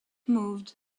moved